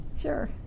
Sure